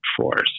force